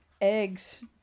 eggs